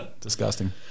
disgusting